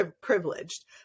privileged